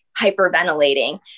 hyperventilating